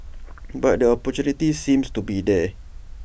but the opportunity seems to be there